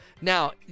Now